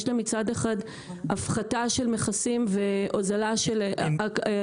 יש לה מצד אחד הפחתה של מכסים והוזלה של הסרת